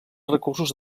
recursos